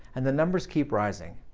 and the numbers keep rising.